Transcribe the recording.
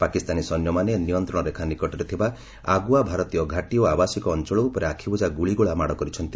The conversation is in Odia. ପାକିସ୍ତାନୀ ସୈନ୍ୟମାନେ ନିୟନ୍ତ୍ରଣରେଖା ନିକଟରେ ଥିବା ଆଗୁଆ ଭାରତୀୟ ଘାଟି ଓ ଆବାସିକ ଅଞ୍ଚଳ ଉପରେ ଆଖିବୁଜା ଗୁଳିଗୋଳା ମାଡ଼ କରିଛନ୍ତି